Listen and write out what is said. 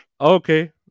okay